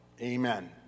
Amen